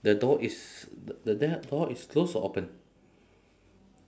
the door is the door door is close or open